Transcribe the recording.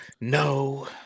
no